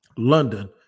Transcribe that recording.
London